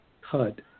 HUD